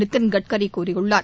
நிதின் கட்கரி கூறியுள்ளார்